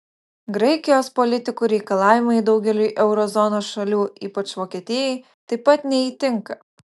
graikijos politikų reikalavimai daugeliui euro zonos šalių ypač vokietijai taip pat neįtinka